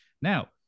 Now